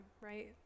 right